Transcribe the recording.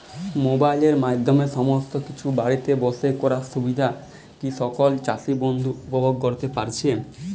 মোবাইলের মাধ্যমে সমস্ত কিছু বাড়িতে বসে করার সুবিধা কি সকল চাষী বন্ধু উপভোগ করতে পারছে?